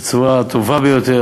בצורה הטובה ביותר.